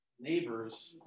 neighbor's